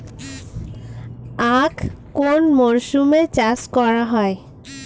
আখ কোন মরশুমে চাষ করা হয়?